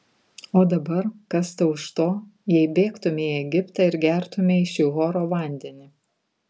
o dabar kas tau iš to jei bėgtumei į egiptą ir gertumei šihoro vandenį